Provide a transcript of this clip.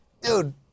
dude